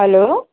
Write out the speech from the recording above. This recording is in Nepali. हेलो